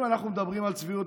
אם אנחנו מדברים על צביעות,